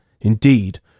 indeed